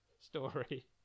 story